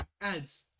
Ads